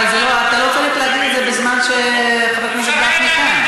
אבל אתה לא צריך להגיד את זה בזמן שחבר הכנסת גפני כאן.